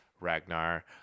Ragnar